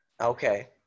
okay